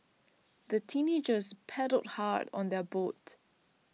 the teenagers paddled hard on their boat